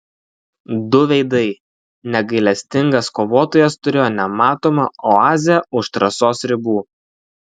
du veidai negailestingas kovotojas turėjo nematomą oazę už trasos ribų